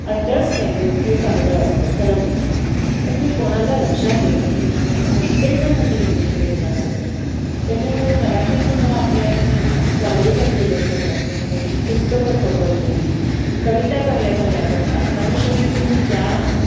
understanding हे चांगलं असतं खरं म्हणजे पण हे कोणाला लक्षात येत नाही त्याच्यामुळे प्रत्येकजण हल्ली इंग्लिश मिडियमला घालत आहे त्याच्यामुळे मराठीत सुद्धा आपल्या इथे चांगले चांगले लेखक असून त्यांची पुस्तकं खपत नाहीत कविता चांगल्या चांगल्या करतात कारण शेवटी तुम्ही ज्या